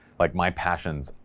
like my passions,